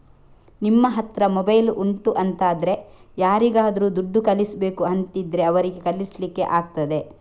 ನಿಮ್ಮ ಹತ್ರ ಮೊಬೈಲ್ ಉಂಟು ಅಂತಾದ್ರೆ ಯಾರಿಗಾದ್ರೂ ದುಡ್ಡು ಕಳಿಸ್ಬೇಕು ಅಂತಿದ್ರೆ ಅವರಿಗೆ ಕಳಿಸ್ಲಿಕ್ಕೆ ಆಗ್ತದೆ